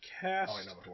cast